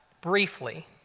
briefly